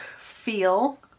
feel